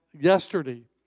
yesterday